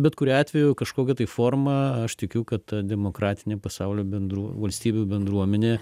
bet kuriuo atveju kažkokia tai forma aš tikiu kad ta demokratinė pasaulio bendruo valstybių bendruomenė